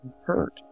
hurt